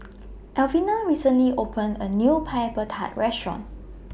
Alvena recently opened A New Pineapple Tart Restaurant